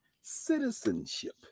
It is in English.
citizenship